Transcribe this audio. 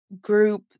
group